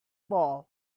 ball